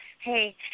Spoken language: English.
Hey